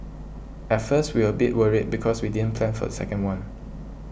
at first we were a bit worried because we didn't plan for the second one